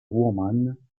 woman